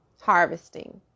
harvesting